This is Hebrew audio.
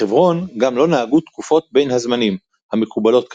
בחברון גם לא נהגו תקופות "בין הזמנים" המקובלות כיום,